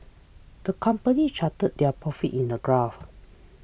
the company charted their profits in a graph